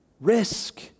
Risk